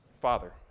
Father